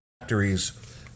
factories